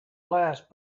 last